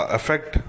effect